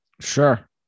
Sure